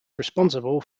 responsible